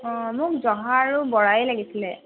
অ' মোক জহা আৰু বৰাই লাগিছিলে